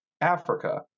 Africa